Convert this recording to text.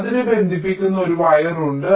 അതിനെ ബന്ധിപ്പിക്കുന്ന ഒരു വയർ ഉണ്ട്